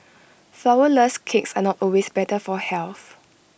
Flourless Cakes are not always better for health